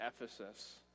Ephesus